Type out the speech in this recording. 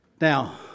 Now